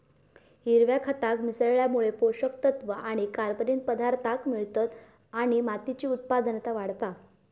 हिरव्या खताक मिसळल्यामुळे पोषक तत्त्व आणि कर्बनिक पदार्थांक मिळतत आणि मातीची उत्पादनता वाढता